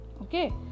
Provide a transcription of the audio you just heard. okay